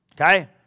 Okay